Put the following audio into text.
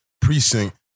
precinct